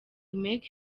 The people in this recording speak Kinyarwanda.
make